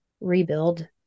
rebuild